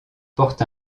porte